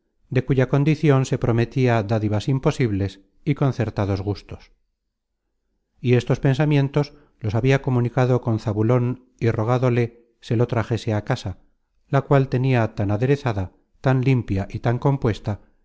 de cuya condicion se prometia dádivas imposibles y concertados gustos y estos pensamientos los habia comunicado con zabulon y rogádole se lo trajese á casa la cual tenia tan aderezada tan limpia y tan compuesta